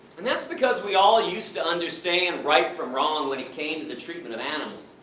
and that's because we all used to understand right from wrong, when it came to the treatment of animals.